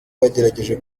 bagerageje